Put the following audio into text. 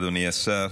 אדוני השר,